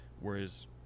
Whereas